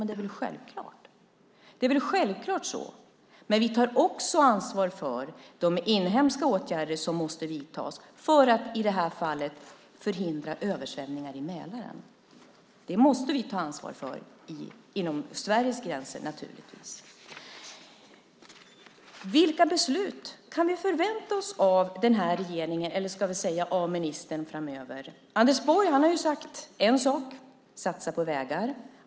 Det är väl självklart, men vi tar också ansvar för de inhemska åtgärder som måste vidtas för att, i det här fallet, förhindra översvämningar i Mälaren. Det måste vi naturligtvis ta ansvar för inom Sveriges gränser. Vilka beslut kan vi förvänta oss av den här regeringen eller av ministern framöver? Anders Borg har sagt en sak: Satsa på vägar.